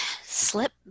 slip